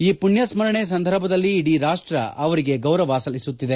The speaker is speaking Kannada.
ಈ ಮಣ್ಯ ಸ್ಕರಣೆ ಸಂದರ್ಭದಲ್ಲಿ ಇಡೀ ರಾಷ್ಟ ಅವರಿಗೆ ಗೌರವ ಸಲ್ಲಿಸುತ್ತಿದೆ